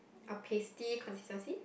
a pasty consistency